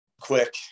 quick